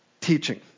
teaching